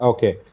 Okay